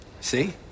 see